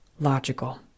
Logical